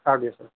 அப்படியா சார்